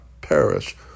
perish